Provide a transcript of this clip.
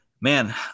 man